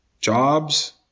jobs